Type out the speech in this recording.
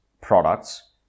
products